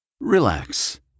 Relax